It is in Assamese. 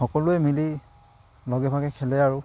সকলোৱে মিলি লগে ভাগে খেলে আৰু